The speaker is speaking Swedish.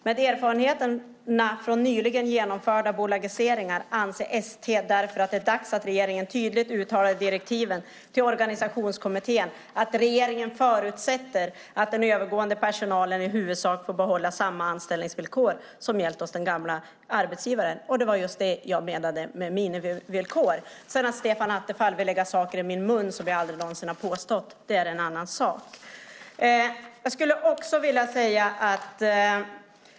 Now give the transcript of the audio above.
Med erfarenheterna från nyligen genomförda bolagiseringar anser ST därför att det är dags att regeringen tydligt uttalar direktiven till organisationskommittén, att regeringen förutsätter att den övergående personalen i huvudsak får behålla samma anställningsvillkor som gällt hos den gamla arbetsgivaren. Och det var just det jag menade med minimivillkor. Att Stefan Attefall sedan vill lägga saker i min mun som jag aldrig någonsin har påstått är en annan sak.